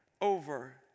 over